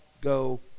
go